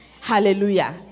Hallelujah